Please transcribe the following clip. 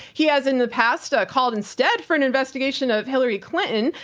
he has in the past called instead for an investigation of hillary clinton,